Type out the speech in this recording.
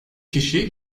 kişi